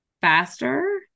faster